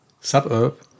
suburb